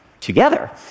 Together